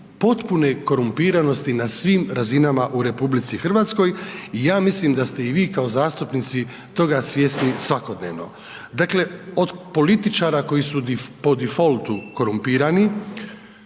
potpune korumpiranosti na svim razinama u RH, i ja mislim da ste i vi kao zastupnici toga svjesni svakodnevno. Dakle, od političara, koji su po defoltu korumpirani,